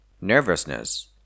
nervousness